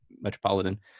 metropolitan